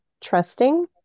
trusting